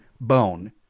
bone